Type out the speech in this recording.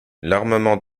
l’armement